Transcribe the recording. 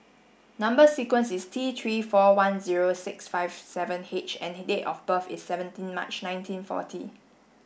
number sequence is T three four one zero six five seven H and date of birth is seventeenth March nineteen forty